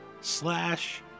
slash